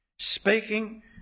Speaking